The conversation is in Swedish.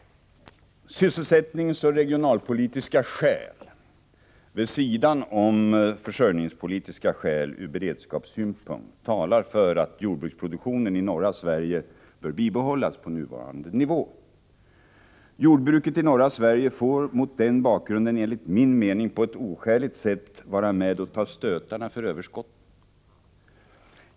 Sysselsättningsoch regionalpolitiska skäl, vid sidan om försörjningspolitiska skäl ur beredskapssynpunkt, talar för att jordbruksproduktionen i norra Sverige bör bibehållas på nuvarande nivå. Jordbruket i norra Sverige får mot den bakgrunden, enligt min mening, på ett oskäligt sätt vara med och ta stötarna för överskotten.